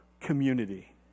community